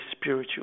spiritual